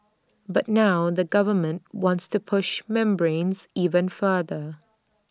but now the government wants to push membranes even further